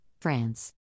France